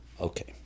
Okay